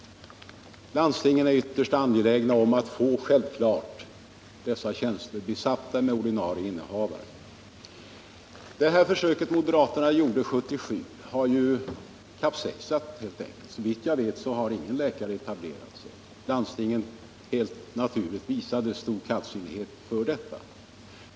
Landstingen är naturligtvis ytterst angelägna om att få dessa tjänster besatta med ordinarie innehavare. Beslutet 1977 om att inrätta s.k. gruppmottagningar för privatläkare har helt enkelt kapsejsat. Såvitt jag vet har ingen etablering kommit till stånd. Landstingen har helt naturligt visat stor kallsinnighet för det hela.